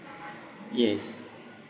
yes